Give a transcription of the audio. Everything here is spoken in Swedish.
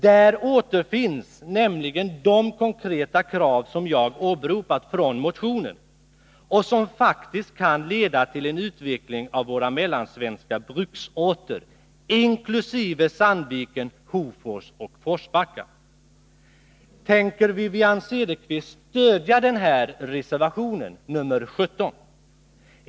Där återfinns nämligen de konkreta krav som jag har åberopat från motionen och som faktiskt kan leda till en utveckling av våra mellansvenska bruksorter, inkl. Sandviken, Hofors och Forsbacka. Tänker Wivi-Anne Cederqvist stödja reservation 17?